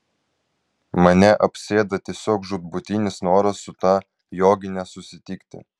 mane apsėda tiesiog žūtbūtinis noras su ta jogine susitikti